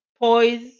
poise